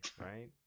right